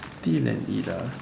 peel and eat ah